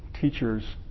teachers